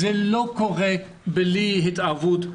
זה לא קורה בלי התערבות,